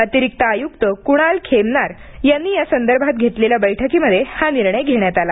अतिरिक्त आयुक्त कुणाल खेमनार यांनी या संदर्भात घेतलेल्या बैठकीमध्ये हा निर्णय घेण्यात आला